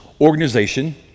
organization